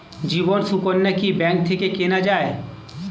জীবন সুকন্যা কি ব্যাংক থেকে কেনা যায়?